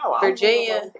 Virginia